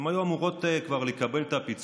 הן היו אמורות כבר לקבל את הפיצוי,